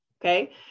Okay